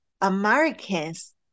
americans